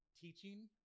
teaching